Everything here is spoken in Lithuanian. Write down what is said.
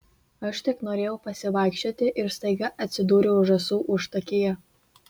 aš tik norėjau pasivaikščioti ir staiga atsidūriau žąsų užtakyje